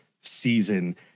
season